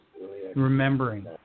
Remembering